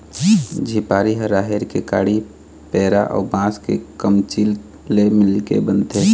झिपारी ह राहेर के काड़ी, पेरा अउ बांस के कमचील ले मिलके बनथे